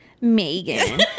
Megan